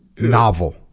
novel